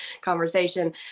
conversation